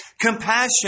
compassion